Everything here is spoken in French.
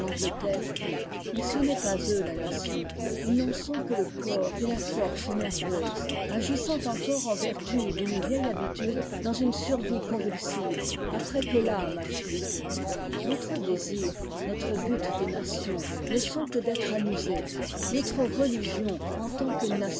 vit mais ce n'est pas eux la nation ils n'en sont que le corps et la force nerveuse agissant encore en vertu d'une vieille habitude dans une survie convulsive après que l'âme a fui notre désir notre but de nation ne sont que d'être amusés notre religion en tant que